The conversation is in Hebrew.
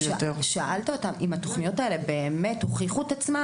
שאלת אותם אם התוכניות האלה באמת הוכיחו את עצמן?